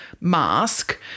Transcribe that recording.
mask